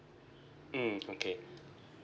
mm okay